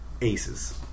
Aces